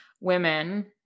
women